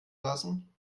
lassen